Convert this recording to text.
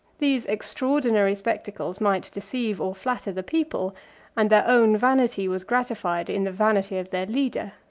these extraordinary spectacles might deceive or flatter the people and their own vanity was gratified in the vanity of their leader.